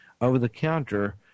over-the-counter